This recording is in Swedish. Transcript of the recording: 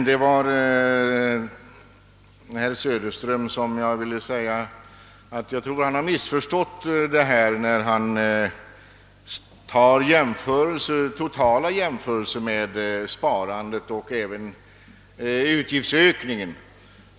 Herr talman! Till herr Söderström vill jag säga att jag tror att han har missförstått saken när han gör jämförelser mellan det totala sparandet och den totala utgiftsökningen.